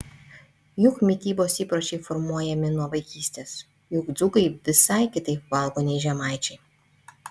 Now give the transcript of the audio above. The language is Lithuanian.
juk mitybos įpročiai formuojami nuo vaikystės juk dzūkai visai kitaip valgo nei žemaičiai